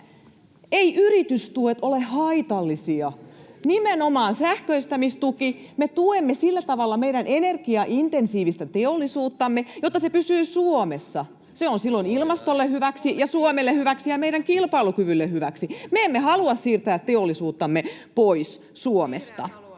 Eivät yritystuet ole haitallisia. Nimenomaan sähköistämistuki — me tuemme sillä tavalla meidän energiaintensiivistä teollisuuttamme, jotta se pysyy Suomessa. Se on silloin ilmastolle hyväksi ja Suomelle hyväksi ja meidän kilpailukyvylle hyväksi. Me emme halua siirtää teollisuuttamme pois Suomesta.